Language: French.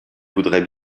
voudrait